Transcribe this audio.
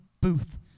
Booth